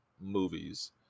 movies